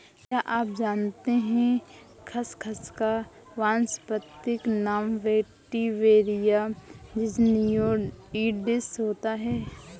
क्या आप जानते है खसखस का वानस्पतिक नाम वेटिवेरिया ज़िज़नियोइडिस होता है?